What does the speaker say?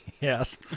Yes